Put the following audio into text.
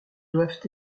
doivent